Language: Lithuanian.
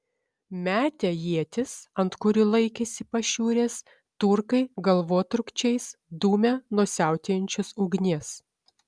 metę ietis ant kurių laikėsi pašiūrės turkai galvotrūkčiais dūmė nuo siautėjančios ugnies